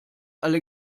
alle